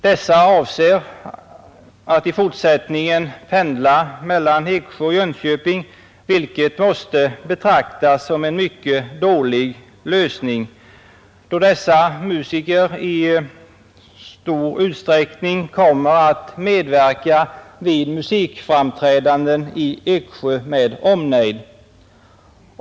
De avser att i fortsättningen pendla mellan Eksjö och Jönköping, vilket måste betraktas som en mycket dålig lösning, då dessa musiker i stor utsträckning kommer att medverka vid musikframträdanden i Eksjö med omnejd.